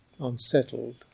unsettled